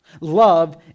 Love